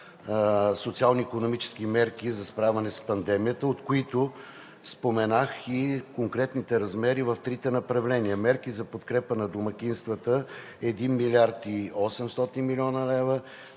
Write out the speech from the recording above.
социално-икономически мерки за справяне с пандемията, от които споменах и конкретните размери в трите направления: мерки за подкрепа на домакинствата – 1 млрд. 800 млн. лв.;